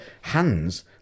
hands